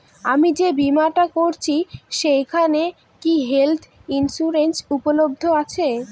আমি যে বীমাটা করছি সেইখানে কি হেল্থ ইন্সুরেন্স উপলব্ধ আছে?